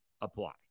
apply